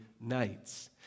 nights